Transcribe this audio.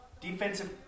defensive